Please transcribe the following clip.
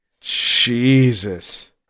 Jesus